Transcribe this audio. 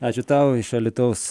ačiū tau iš alytaus